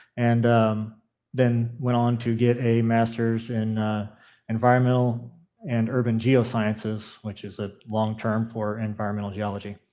and then went on to get a masters in environmental and urban geosciences, which is a long term for environmental geology.